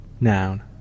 Noun